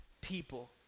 people